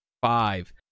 five